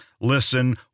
listen